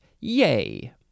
Yay